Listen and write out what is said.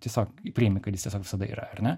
tiesiog priėmi kad jis visada yra ar ne